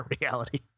reality